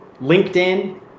LinkedIn